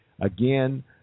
Again